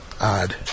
odd